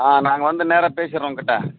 ஆ நாங்கள் வந்து நேராக பேசிடுறோம் உங்கிட்டே